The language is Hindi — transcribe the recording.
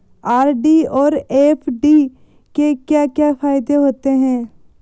आर.डी और एफ.डी के क्या क्या फायदे होते हैं?